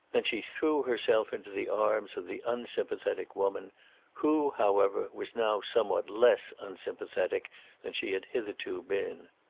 then she threw herself into the arms of the unsympathetic woman who, however, was now somewhat less unsympathetic than she had hitherto been.